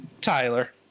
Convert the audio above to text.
Tyler